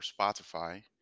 Spotify